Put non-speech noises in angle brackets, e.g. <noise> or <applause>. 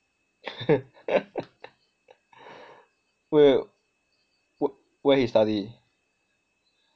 <laughs> wait w~ where he study